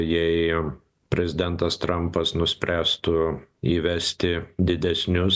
jie ėjo prezidentas trampas nuspręstų įvesti didesnius